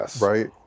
Right